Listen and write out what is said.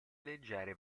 leggere